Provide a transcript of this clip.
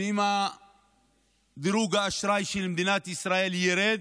ואם דירוג האשראי של מדינת ישראל ירד,